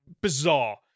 bizarre